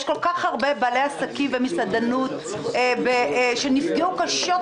יש כל כך הרבה בעלי עסקים במסעדנות שנפגעו קשות